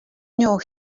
knew